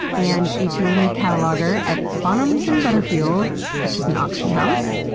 and a jewelry cataloger at bonhams and butterfield's, which is an auction house,